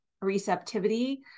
receptivity